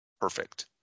perfect